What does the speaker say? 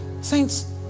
saints